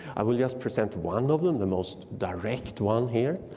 i will just present one of them, the most direct one here,